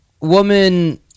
woman